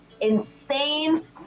insane